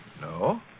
No